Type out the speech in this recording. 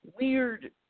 weird